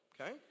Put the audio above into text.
okay